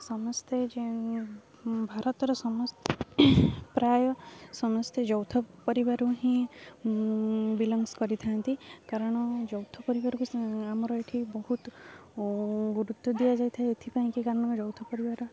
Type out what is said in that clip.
ସମସ୍ତେ ଯେ ଭାରତର ପ୍ରାୟ ସମସ୍ତେ ଯୌଥ ପରିବାରୁ ହିଁ ବିଲଙ୍ଗ୍ କରିଥାନ୍ତି କାରଣ ଯୌଥ ପରିବାରକୁ ଆମର ଏଠି ବହୁତ ଗୁରୁତ୍ୱ ଦିଆଯାଇଥାଏ ଏଥିପାଇଁକି କାରଣ ଯୌଥ ପରିବାର